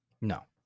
No